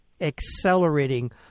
accelerating